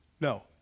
No